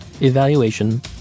evaluation